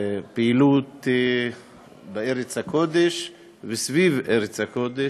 הפעילות בארץ הקודש וסביב ארץ הקודש.